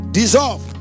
dissolve